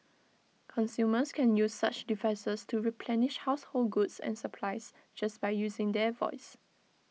consumers can use such devices to replenish household goods and supplies just by using their voice